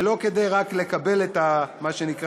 ולא רק כדי לקבל את התואר, מה שנקרא.